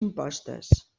impostes